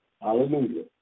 Hallelujah